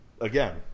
again